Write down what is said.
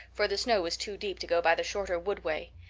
for the snow was too deep to go by the shorter wood way.